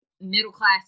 middle-class